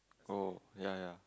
oh ya ya